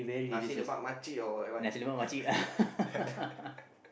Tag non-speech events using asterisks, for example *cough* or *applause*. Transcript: Nasi-Lemak makcik or that one *laughs*